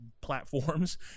platforms